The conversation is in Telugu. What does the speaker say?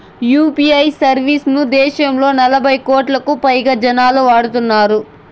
యూ.పీ.ఐ సర్వీస్ ను దేశంలో నలభై కోట్లకు పైగా జనాలు వాడుతున్నారు